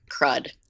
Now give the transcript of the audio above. crud